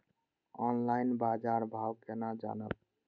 Online बाजार भाव केना जानब?